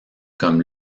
comme